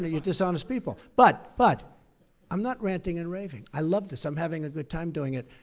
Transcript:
you're dishonest people. but but i'm not ranting and raving. i love this. i'm having a good time doing it.